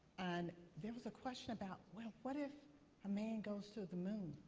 and there was a question about, well, what if man goes to the moon?